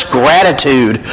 gratitude